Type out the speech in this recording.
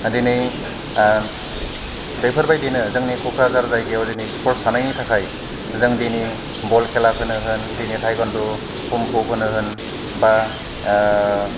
दिनै बेफोरबायदिनो जोंनि क'क्राझार जायगायाव दिनै स्फर्स थानायनि थाखाय जों दिनै बल खेलाखौनो होन बिदिनो टाइखान्द कंफु खौनो होन बा